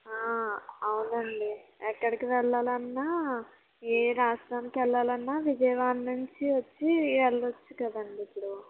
అవునండి ఎక్కడికి వెళ్ళాలన్నా ఏ రాష్ట్రానికి వెళ్ళాలన్నా విజయవాడ నుంచి వచ్చి వెళ్ళొచ్చు కదండి ఇప్పుడు